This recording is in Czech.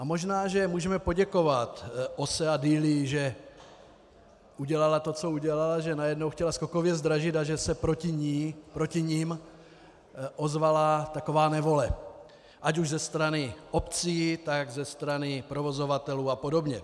Možná že můžeme poděkovat Ose a Dilii, že udělala to, co udělala, že najednou chtěla skokově zdražit a že se proti ní, proti nim ozvala taková nevole ať už ze strany obcí, tak ze strany provozovatelů apod.